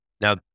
Now